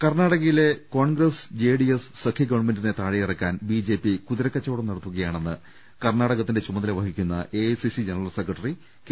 കർണാടകയിലെ Congress J D S സഖ്യ ഗവൺമെന്റിനെ താഴെയിറക്കാൻ ബി ജെ പി കുതിരക്കച്ചവടം നടത്തുകയാ ണെന്ന് കർണാടകത്തിന്റെ ചുമതല വഹിക്കുന്ന A I C C general secretary K